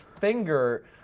finger